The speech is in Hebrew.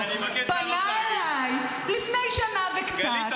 פנה אליי לפני שנה וקצת בחניון ואמר לי --- גלית,